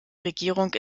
regierung